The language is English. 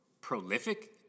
prolific